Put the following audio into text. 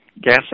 gas